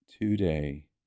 today